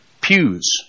pews